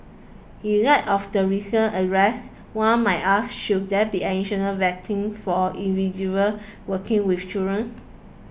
in light of the recent arrest one might ask should there be additional vetting for individuals working with children